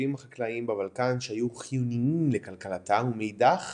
והמשאבים החקלאיים בבלקן שהיו חיוניים לכלכלתה ומאידך